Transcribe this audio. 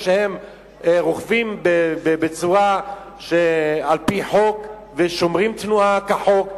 שהם רוכבים על-פי חוק ושומרים על תנועה כחוק,